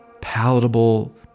palatable